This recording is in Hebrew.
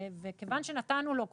כיוון שכבר נתנו לו